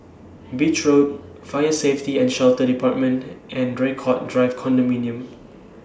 Beach Road Fire Safety and Shelter department and Draycott Drive Condominium